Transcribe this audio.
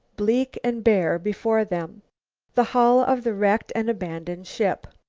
bleak and bare before them the hull of the wrecked and abandoned ship.